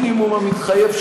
המינימום המתחייב,